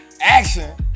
action